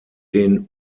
den